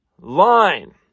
line